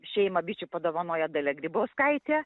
šeimą bičių padovanojo dalia grybauskaitė